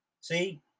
See